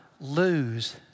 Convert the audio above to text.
lose